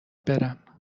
برم